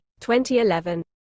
2011